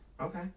Okay